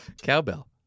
Cowbell